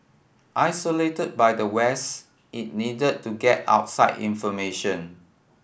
isolated by the West it needed to get outside information